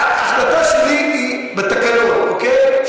ההחלטה שלי היא בתקנון, אוקיי?